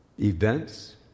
events